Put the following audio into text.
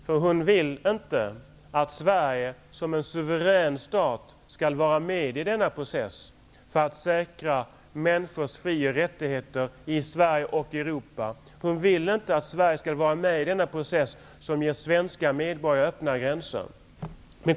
Hon vill nämligen inte att Sverige som en suverän stat skall vara med i denna process för att säkra människors fri och rättigheter i Sverige och i Europa. Hon vill inte att Sverige skall vara med i denna process, som ger svenska medborgare öppna gränser.